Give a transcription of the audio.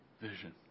vision